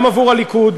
גם עבור הליכוד,